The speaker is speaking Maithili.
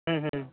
ह्म्म ह्म्म